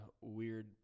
weird –